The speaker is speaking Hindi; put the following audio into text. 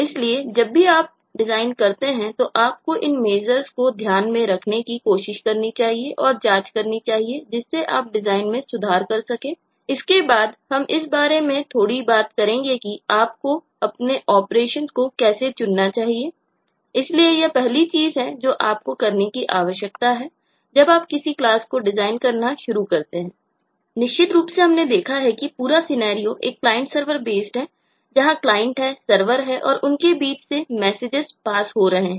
इसलिए जब भी आप डिज़ाइन करते है तो आपको इन मेज़र्स हो रहे है